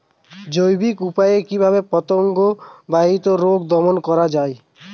জৈবিক উপায়ে কিভাবে পতঙ্গ বাহিত রোগ দমন করা যায়?